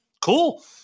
cool